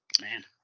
Man